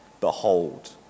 Behold